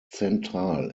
zentral